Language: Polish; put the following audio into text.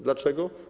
Dlaczego?